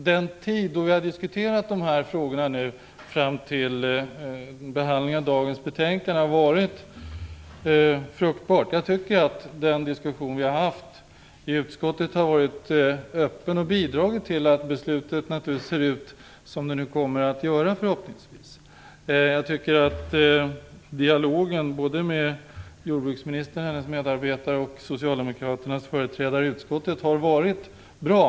Den tid då vi har diskuterat dessa frågor fram till behandlingen av dagens betänkande har varit fruktbar. Den diskussion vi har haft i utskottet har varit öppen och har bidragit till att beslutet ser ut som det nu förhoppningsvis kommer att göra. Dialogen med jordbruksministern, hennes medarbetare och socialdemokraternas företrädare i utskottet har varit bra.